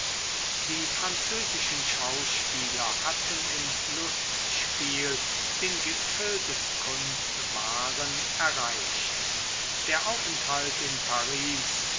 die französischen schauspieler hatten im lustspiel den gipfel des kunstwahren erreicht der aufenthalt in paris